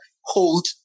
hold